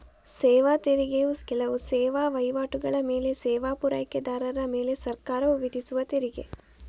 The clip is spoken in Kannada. ಸೇವಾ ತೆರಿಗೆಯು ಕೆಲವು ಸೇವಾ ವೈವಾಟುಗಳ ಮೇಲೆ ಸೇವಾ ಪೂರೈಕೆದಾರರ ಮೇಲೆ ಸರ್ಕಾರವು ವಿಧಿಸುವ ತೆರಿಗೆ